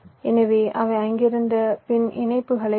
எனவே அவை அங்கிருந்து மின் இணைப்புகளைப் பெரும்